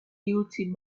guilty